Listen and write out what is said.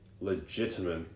legitimate